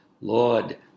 Lord